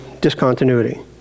Discontinuity